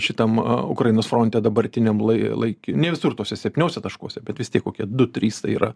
šitam ukrainos fronte dabartiniam lai laiki ne visur tuose septyniuose taškuose bet vis tiek kokie du trys tai yra